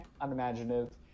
unimaginative